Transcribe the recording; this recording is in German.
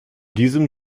diesem